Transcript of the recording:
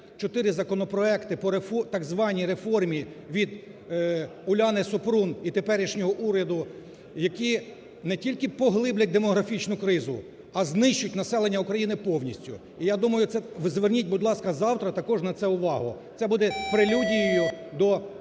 чотири законопроекти по так званій реформі від Уляни Супрун і теперішнього уряду, які не тільки поглиблять демографічну кризу, а знищать населення України повністю. І я думаю, це… Зверніть, будь ласка, завтра також на це увагу. Це буде прелюдією до